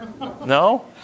No